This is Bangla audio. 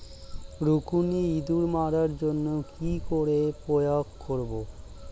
রুকুনি ইঁদুর মারার জন্য কি করে প্রয়োগ করব?